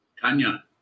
Tanya